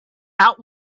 out